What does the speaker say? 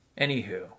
Anywho